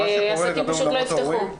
עסקים פשוט לא יפתחו.